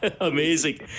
Amazing